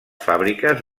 fàbriques